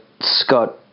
Scott